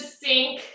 sink